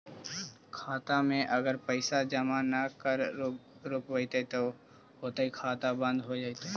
खाता मे अगर पैसा जमा न कर रोपबै त का होतै खाता बन्द हो जैतै?